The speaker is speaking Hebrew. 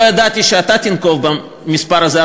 לא ידעתי שאתה תנקוב במספר הזה,